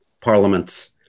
parliaments